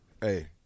Hey